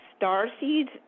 starseeds